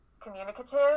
communicative